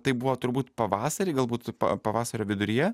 tai buvo turbūt pavasarį galbūt pa pavasario viduryje